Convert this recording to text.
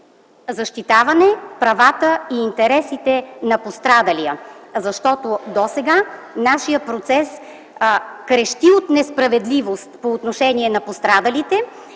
защитаване правата и интересите на пострадалия. Защото досега нашият процес крещи от несправедливост по отношение на пострадалите